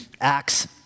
Acts